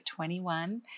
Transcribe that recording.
21